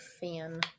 fan